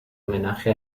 homenaje